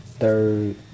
Third